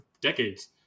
decades